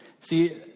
See